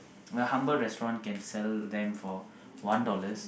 a humble restaurant can sell them for one dollars